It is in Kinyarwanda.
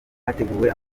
hateguwe